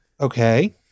Okay